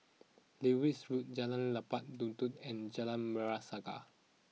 Lewis Road Jalan Lebat Daun and Jalan Merah Saga